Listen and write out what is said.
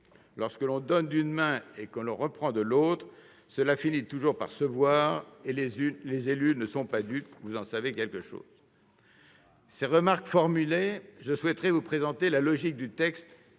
Lorsque l'on donne d'une main et que l'on reprend de l'autre, cela finit toujours par se voir. Les élus ne sont pas dupes, vous en savez quelque chose ! Ces remarques formulées, je souhaite vous présenter la logique du texte